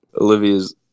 Olivia's